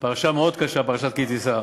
פרשה מאוד קשה, פרשת כי-תישא.